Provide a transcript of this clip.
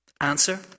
Answer